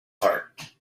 heart